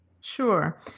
Sure